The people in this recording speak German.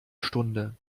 stunde